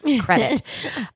credit